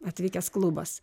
atvykęs klubas